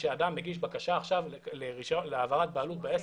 כאשר אדם מגיש בקשה להעברת בעלות בעסק.